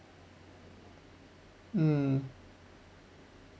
um